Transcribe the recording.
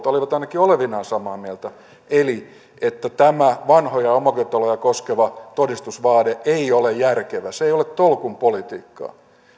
olivat ainakin olevinaan samaa mieltä eli siitä että tämä vanhoja omakotitaloja koskeva todistusvaade ei ole järkevä se ei ole tolkun politiikkaa